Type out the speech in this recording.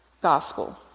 gospel